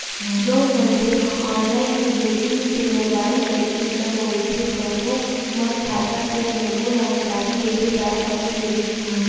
जउन मनखे ह ऑनलाईन नेट बेंकिंग ते मोबाईल बेंकिंग ल बउरथे तउनो म खाता के जम्मो जानकारी देखे जा सकथे